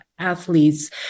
athletes